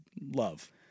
love